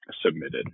submitted